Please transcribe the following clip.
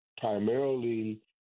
primarily